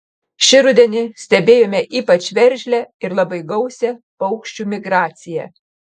šį rudenį stebėjome ypač veržlią ir labai gausią paukščių migraciją